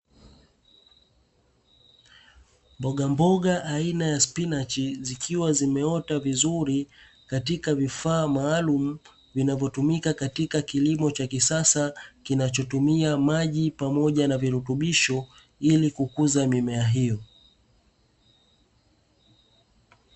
Mbogamboga aina ya spinachi zikiwa zimeota vizuri katika vifaa maalumu, vinavyotumika katika kilimo cha kisasa kinachotumia maji pamoja na virutubisho, ili kukuza mimea hiyo.